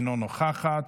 אינה נוכחת.